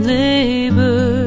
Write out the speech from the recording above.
labor